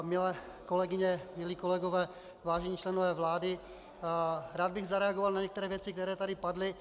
Milé kolegyně, milí kolegové, vážení členové vlády, rád bych zareagoval na některé věci, které tady padly.